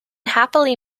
happily